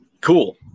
cool